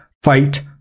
fight